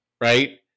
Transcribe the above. right